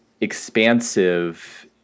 expansive